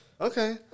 Okay